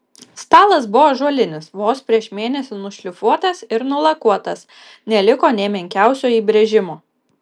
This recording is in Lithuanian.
stalas buvo ąžuolinis vos prieš mėnesį nušlifuotas ir nulakuotas neliko nė menkiausio įbrėžimo